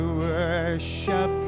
worship